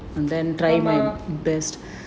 ஆமா:aamaa